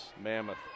mammoth